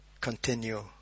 continue